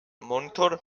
monitor